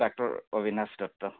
doctor Abhinash Dutta